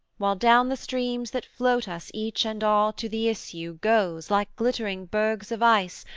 while down the streams that float us each and all to the issue, goes, like glittering bergs of ice,